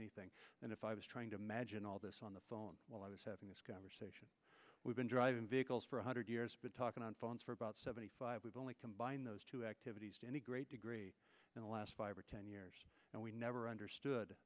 anything and if i was trying to imagine all this on the phone while i was having this conversation we've been driving vehicles for one hundred years been talking on phones for about seventy five we've only combine those two activities to any great degree in the last five or ten years and we never understood